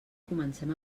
comencem